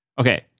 Okay